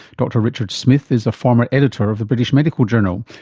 dr richard smith is a former editor of the british medical journal,